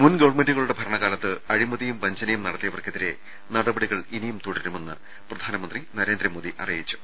മുൻ ഗവൺമെന്റുകളുടെ ഭരണകാലത്ത് അഴിമതിയും വഞ്ചനയും നട ത്തിയവർക്കെതിരെ നടപടികൾ ഇനിയും തുടരുമെന്ന് പ്രധാനമന്ത്രി നരേ ന്ദ്രമോദി അറിയിച്ചു